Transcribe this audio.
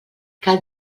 cal